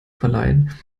verleihen